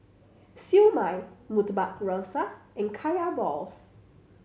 Siew Mai Murtabak Rusa and Kaya balls